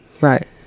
right